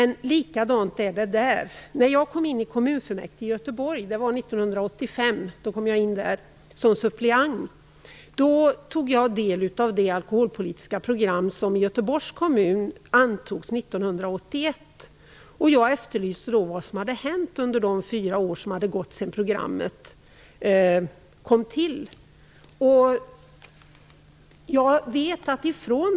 När jag valdes in som suppleant i kommunfullmäktige i Göteborg 1985 tog jag del av det alkoholpolitiska program som Göteborgs kommun antog 1981. Jag efterfrågade då vad som hade hänt under de fyra år som hade gått sedan programmet antogs.